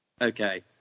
Okay